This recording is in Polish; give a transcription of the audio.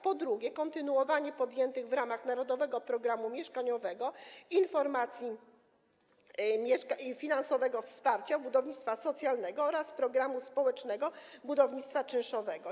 Po drugie, kontynuowanie podjętych w ramach „Narodowego programu mieszkaniowego” programu finansowego wsparcia budownictwa socjalnego oraz programu społecznego budownictwa czynszowego.